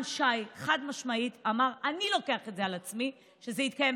שי חד-משמעית אמר: אני לוקח את זה על עצמי שזה יתקיים,